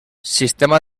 sistema